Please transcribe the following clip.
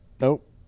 Nope